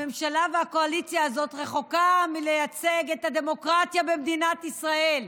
הממשלה והקואליציה הזאת רחוקה מלייצג את הדמוקרטיה במדינת ישראל.